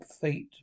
feet